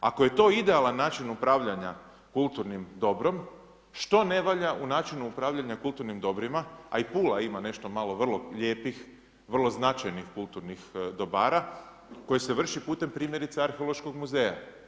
Ako je to idealan način upravljanja kulturnim dobrom, što ne valja u načinu upravljanja kulturnim dobrima, a i Pula ima nešto malo vrlo lijepih, vrlo značajnih kulturnih dobara koje se vrši pute, primjerice Arheološkog muzeja.